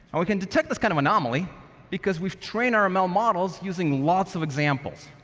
we can detect this kind of anomaly because we've trained our ml models using lots of examples.